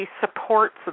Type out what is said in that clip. supports